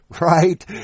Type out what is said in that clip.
right